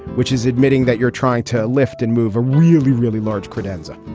which is admitting that you're trying to lift and move a really, really large credenza.